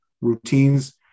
Routines